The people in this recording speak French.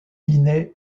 guinée